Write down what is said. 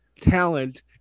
talent